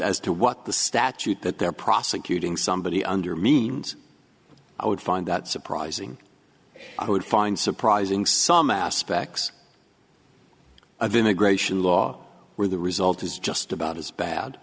as to what the statute that they're prosecuting somebody under means i would find that surprising i would find surprising some aspects of the immigration law where the result is just about as bad